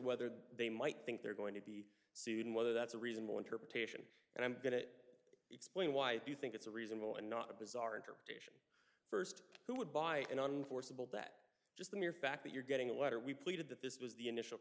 whether they might think they're going to be sued and whether that's a reasonable interpretation and i'm going to explain why if you think it's a reasonable and not a bizarre interpretation first who would buy an unforeseeable that just the mere fact that you're getting a letter we pleaded that this was the initial